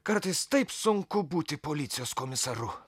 kartais taip sunku būti policijos komisaru